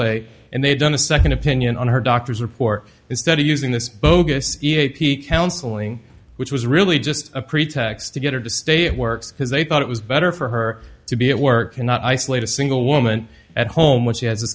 away and they've done second opinion on her doctor's report instead of using this bogus e a p counseling which was really just a pretext to get her to stay it works because they thought it was better for her to be at work cannot isolate a single woman at home which she has th